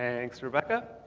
and thanks rebecca.